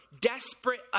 desperate